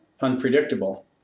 unpredictable